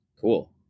cool